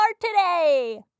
today